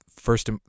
first